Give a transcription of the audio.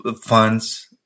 funds